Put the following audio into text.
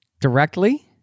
Directly